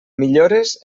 millores